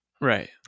Right